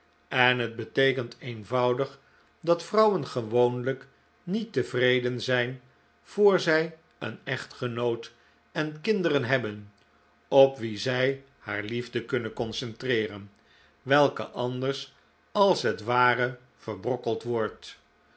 en het beteekent eenvoudig dat vrouwen gewoonlijk niet tevreden zijn voor zij een echtgenoot en kinderen hebben op wie zij haar liefde kunnen concentreeren welke anders als het ware verbrokkeld wordt